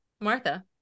Martha